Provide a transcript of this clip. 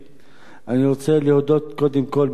אני רוצה להודות קודם כול בפתח דברי,